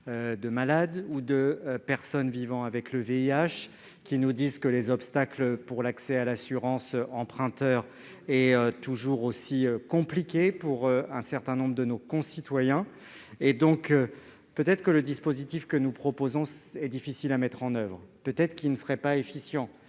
de malades ou de personnes vivant avec le VIH, qui nous ont expliqué que l'accès à l'assurance emprunteur est toujours aussi compliqué pour un certain nombre de nos concitoyens. Peut-être le dispositif que nous proposons serait-il difficile à mettre en oeuvre, peut-être ne serait-il pas efficient